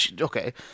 Okay